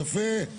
יפה.